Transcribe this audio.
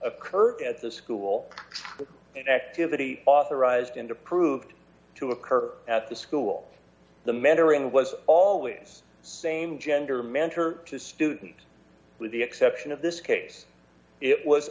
occur at the school and activity authorized into proved to occur at the school the mentoring was always same gender mentor to student with the exception of this case it was